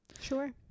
Sure